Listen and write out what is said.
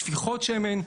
שפיכות שמן,